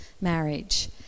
marriage